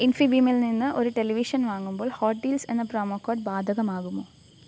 ഇൻഫീബീമിൽ നിന്ന് ഒരു ടെലിവിഷൻ വാങ്ങുമ്പോൾ ഹോട്ട് ഡീൽസ് എന്ന പ്രൊമോ കോഡ് ബാധകമാകുമോ